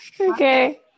Okay